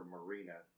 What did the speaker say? Marina